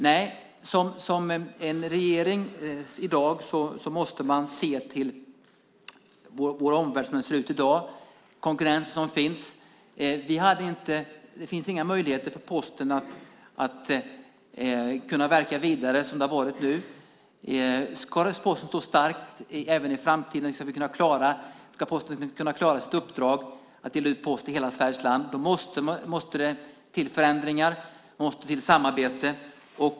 Nej, en regering måste i dag se till vår omvärld som den ser ut med den konkurrens som finns. Det finns inga möjligheter för Posten att verka vidare som det har varit nu. Om Posten ska stå stark även i framtiden och klara sitt uppdrag att dela ut post i hela Sveriges land måste det till förändringar och samarbete.